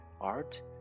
art